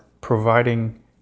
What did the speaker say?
providing